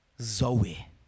Zoe